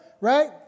right